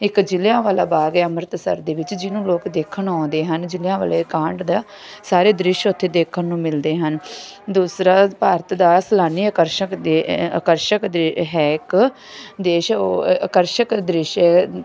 ਇੱਕ ਜਲਿਆਂਵਾਲਾ ਬਾਗ ਹੈ ਅੰਮ੍ਰਿਤਸਰ ਦੇ ਵਿੱਚ ਜਿਹਨੂੰ ਲੋਕ ਦੇਖਣ ਆਉਂਦੇ ਹਨ ਜਲਿਆਂਵਾਲਾ ਕਾਂਢ ਦੇ ਸਾਰੇ ਦ੍ਰਿਸ਼ ਉੱਥੇ ਦੇਖਣ ਨੂੰ ਮਿਲਦੇ ਹਨ ਦੂਸਰਾ ਭਾਰਤ ਦਾ ਸੈਲਾਨੀ ਆਕਰਸ਼ਕ ਦੇ ਆਕਰਸ਼ਕ ਦੇ ਹੈ ਇੱਕ ਦੇਸ਼ ਉਹ ਆਕਰਸ਼ਕ ਦ੍ਰਿਸ਼